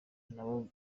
nabo